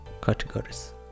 categories